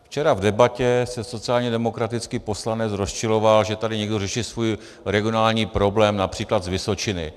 Včera v debatě se sociálně demokratický poslanec rozčiloval, že tady někdo řeší svůj regionální problém např. z Vysočiny.